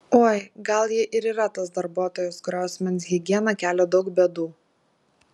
oi gal ji ir yra tas darbuotojas kurio asmens higiena kelia daug bėdų